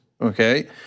okay